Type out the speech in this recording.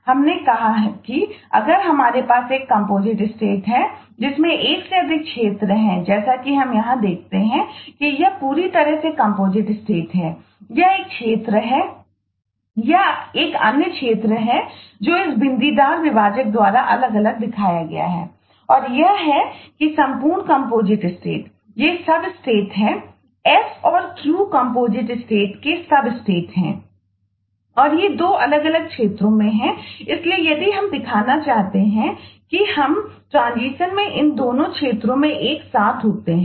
हमने कहा कि अगर हमारे पास एक कम्पोजिट स्टेट में इन दोनों क्षेत्रों में एक साथ होते हैं